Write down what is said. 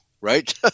right